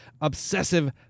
obsessive